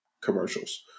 commercials